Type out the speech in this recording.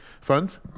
funds